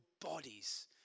bodies